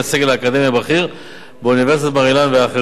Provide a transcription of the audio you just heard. האקדמי הבכיר באוניברסיטת בר-אילן ואחרים.